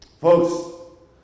Folks